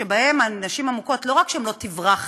שבו הנשים המוכות לא רק שהן לא תברחנה,